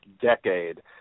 decade